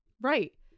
right